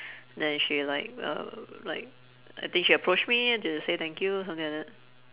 then she like uh like I think she approached me to say thank you something like that